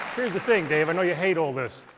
here's the thing, dave, i know you hate all this,